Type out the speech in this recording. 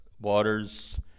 waters